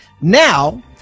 Now